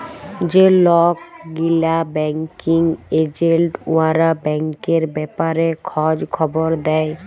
যে লক গিলা ব্যাংকিং এজেল্ট উয়ারা ব্যাংকের ব্যাপারে খঁজ খবর দেই